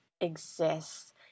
exists